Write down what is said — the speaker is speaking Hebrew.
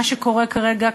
מה שקורה כרגע,